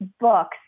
books